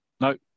No